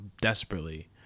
desperately